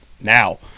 now